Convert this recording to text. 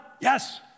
Yes